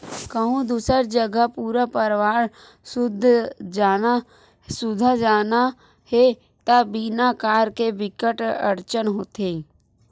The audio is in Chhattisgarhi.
कहूँ दूसर जघा पूरा परवार सुद्धा जाना हे त बिना कार के बिकट अड़चन होथे